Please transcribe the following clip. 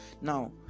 Now